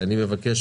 אני רוצה